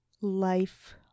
life